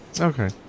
Okay